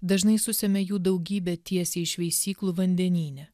dažnai susemia jų daugybę tiesiai iš veisyklų vandenyne